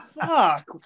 fuck